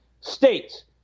states